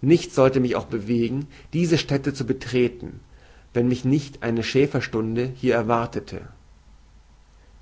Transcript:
nichts sollte mich auch bewegen diese stätte zu betreten wenn mich nicht eine schäferstunde hier erwartete